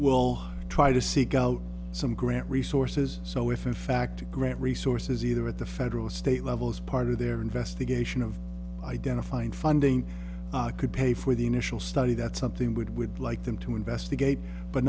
will try to seek out some grant resources so if in fact to grant resources either at the federal or state level as part of their investigation of identifying funding could pay for the initial study that something would would like them to investigate but